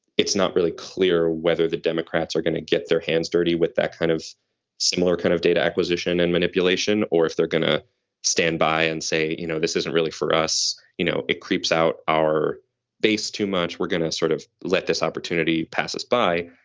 it's not really clear whether the democrats are going to get their hands dirty with that kind of similar kind of data acquisition and manipulation, or if they're going to stand by and say, you know, this isn't really for us, you know, it creeps out our base too much. we're going to sort of let this opportunity pass us by.